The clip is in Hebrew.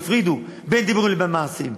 תפרידו בין דיבורים לבין מעשים,